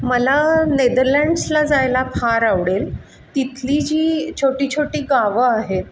मला नेदरलँड्सला जायला फार आवडेल तिथली जी छोटी छोटी गावं आहेत